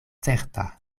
certa